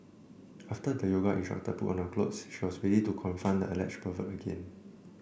after the yoga instructor put on her clothes she was ready to confront the alleged pervert again